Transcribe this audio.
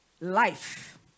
life